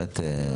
באמת?